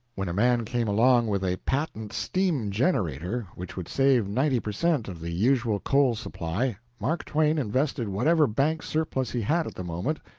when a man came along with a patent steam-generator which would save ninety per cent. of the usual coal-supply, mark twain invested whatever bank surplus he had at the moment,